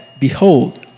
behold